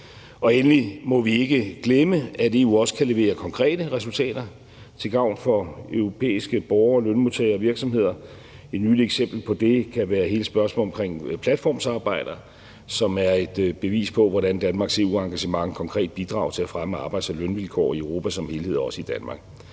Endelig må vi ikke glemme, at EU også kan levere konkrete resultater til gavn for europæiske borgere og lønmodtagere og virksomheder. Et nyt eksempel på det kan være hele spørgsmålet omkring platformsarbejde, som er et bevis på, hvordan Danmarks EU-engagement konkret bidrager til at fremme arbejds- og lønvilkår i Europa som helhed og også i Danmark.